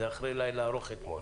וזה אחרי לילה ארוך אתמול.